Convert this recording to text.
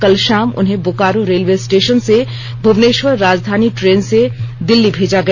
कल शाम उन्हें बोकारो रेलवे स्टेशन से भुनेश्वर राजधानी ट्रेन से दिल्ली भेजा गया